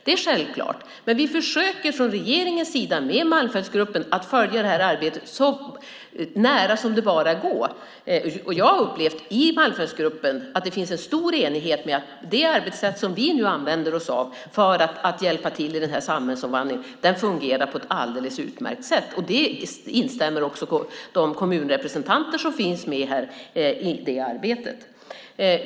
Det är självklart, men regeringen försöker att följa det här arbetet med Malmfältsgruppen så nära som det bara går. Jag har upplevt att det finns en stor enighet i Malmfältsgruppen om att det arbetssätt som vi nu använder oss av för att hjälpa till i den här samhällsomvandlingen fungerar på ett alldeles utmärkt sätt. I det instämmer också de kommunrepresentanter som finns med i det här arbetet.